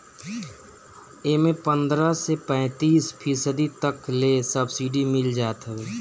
एमे पन्द्रह से पैंतीस फीसदी तक ले सब्सिडी मिल जात हवे